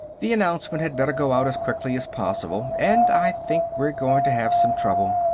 the announcement had better go out as quickly as possible. and i think we're going to have some trouble.